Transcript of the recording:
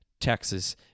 Texas